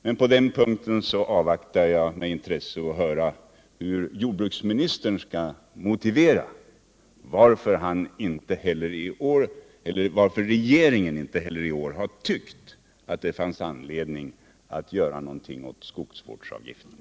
Men på den punkten avvaktar jag med intresse att höra hur jordbruksministern kommer att motivera det faktum att regeringen inte heller i år har tyckt att det fanns anledning att göra någonting åt skogsvårdsavgiften.